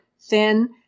thin